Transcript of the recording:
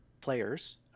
players